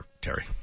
Terry